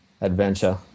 adventure